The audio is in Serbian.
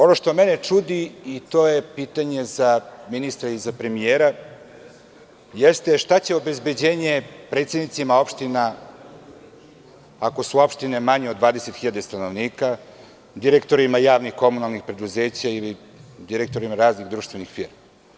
Ono što mene čudi, a to je i pitanje za ministra i premijera, jeste šta će obezbeđenje predsednicima opština ako su opštine manje od 20.000 stanovnika, direktorima javnih komunalnih preduzeća ili direktorima raznih društvenih firmi?